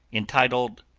entitled,